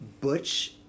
butch